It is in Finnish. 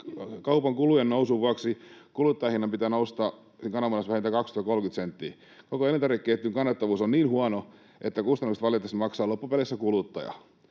kaupan kulujen nousun vuoksi kuluttajahinnan pitää nousta kananmunissa vähintään 20—30 senttiä. Koko elintarvikeketjun kannattavuus on niin huono, että kustannukset valitettavasti maksaa loppupeleissä kuluttaja.